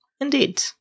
indeed